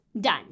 done